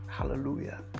hallelujah